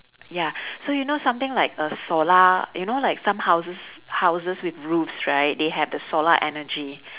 ya so you know something like err solar you know like some houses houses with roofs right they have the solar energy